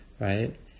right